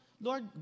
Lord